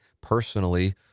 personally